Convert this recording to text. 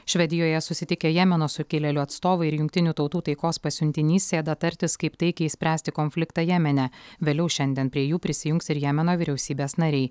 švedijoje susitikę jemeno sukilėlių atstovai ir jungtinių tautų taikos pasiuntinys sėdo tartis kaip taikiai išspręsti konfliktą jemene vėliau šiandien prie jų prisijungs ir jemeno vyriausybės nariai